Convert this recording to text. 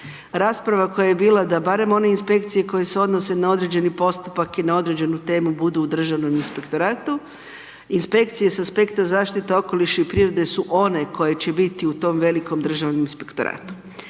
Rasprava koja je bila da barem one inspekcije koje se odnose na određeni postupak i na određenu temu budu u državnom inspektoratu. Inspekcije sa aspekta zaštite okoliša i prirode su one koje će biti u tom velikom Državnom inspektoratu.